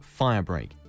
firebreak